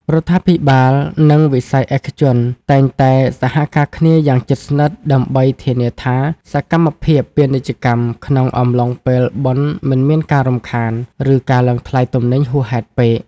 រដ្ឋាភិបាល និងវិស័យឯកជនតែងតែសហការគ្នាយ៉ាងជិតស្និទ្ធដើម្បីធានាថា សកម្មភាពពាណិជ្ជកម្មក្នុងអំឡុងពេលបុណ្យមិនមានការរំខាន ឬការឡើងថ្លៃទំនិញហួសហេតុពេក។